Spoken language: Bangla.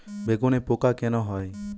বেগুনে পোকা কেন হয়?